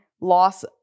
loss